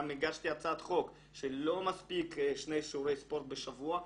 גם הגשתי הצעת חוק שלא מספיק שני שיעורי ספורט בשבוע.